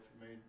made